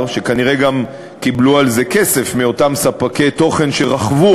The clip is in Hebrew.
כנראה גם קיבלו על זה כסף מאותם ספקי תוכן שרכבו